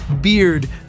beard